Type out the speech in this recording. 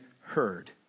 heard